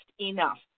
enough